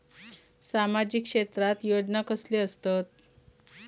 सामाजिक क्षेत्रात योजना कसले असतत?